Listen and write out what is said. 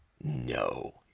no